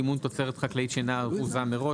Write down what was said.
(סימון תוצרת חקלאית שאינה ארוזה מראש),